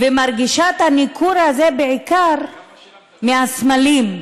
ומרגישה את הניכור הזה בעיקר מהסמלים,